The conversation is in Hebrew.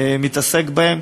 מתעסק בהם,